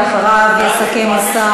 ואחריו יסכם השר משה